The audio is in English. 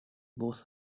was